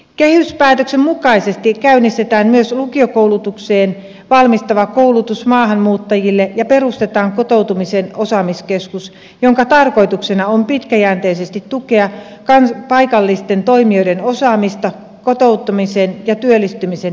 kehyspäätöksen mukaisesti käynnistetään myös lukiokoulutukseen valmistava koulutus maahanmuuttajille ja perustetaan kotoutumisen osaamiskeskus jonka tarkoituksena on pitkäjänteisesti tukea paikallisten toimijoiden osaamista kotoutumisen ja työllistymisen edistämiseksi